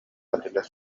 этилэр